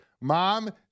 Mom